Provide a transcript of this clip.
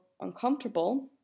uncomfortable